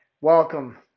welcome